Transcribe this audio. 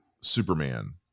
Superman